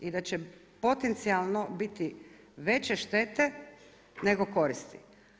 I da će potencijalno biti veće štete nego koristi.